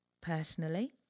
personally